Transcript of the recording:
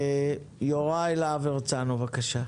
יוראי להב הרצנו, בבקשה.